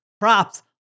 props